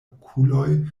okuloj